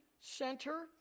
center